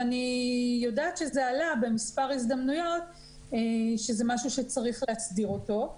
ואני יודעת שזה עלה במספר הזדמנויות שזה משהו שצריך להסדיר אותו.